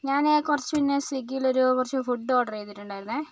ഞാൻ കുറച്ച് മുൻപേ സ്വിഗ്ഗിയിലൊരു കുറച്ച് ഫുഡ് ഓർഡർ ചെയ്തിട്ടുണ്ടായിരുന്നേ